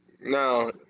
No